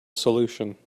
solution